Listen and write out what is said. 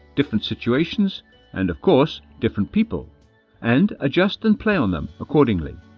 different situations and, of course, different people and adjust and play on them accordingly.